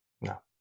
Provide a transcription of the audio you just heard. No